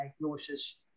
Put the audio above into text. diagnosis